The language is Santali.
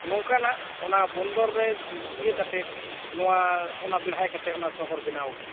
ᱱᱚᱝᱠᱟᱱᱟᱜ ᱚᱱᱟ ᱵᱚᱱᱫᱚᱨ ᱨᱮ ᱤᱭᱟᱹ ᱠᱟᱛᱮᱫ ᱱᱚᱣᱟ ᱚᱱᱟ ᱵᱮᱲᱦᱟᱭ ᱠᱟᱛᱮᱫ ᱚᱱᱟ ᱥᱚᱦᱚᱨ ᱵᱮᱱᱟᱣ ᱠᱟᱱᱟ